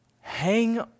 hang